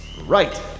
Right